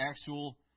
actual